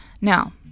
Now